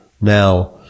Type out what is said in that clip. now